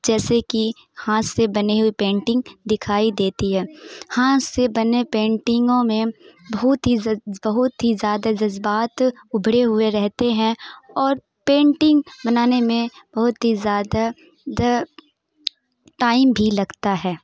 جیسے کہ ہاتھ سے بنی ہوئی پینٹنگ دکھائی دیتی ہے ہاتھ سے بنے پینٹنگوں میں بہت ہی بہت ہی زیادہ جذبات ابھڑے ہوئے رہتے ہیں اور پینٹنگ بنانے میں بہت ہی زیادہ ٹائم بھی لگتا ہے